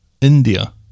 India